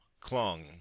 clung